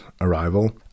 arrival